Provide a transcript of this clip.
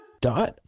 Dot